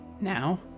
Now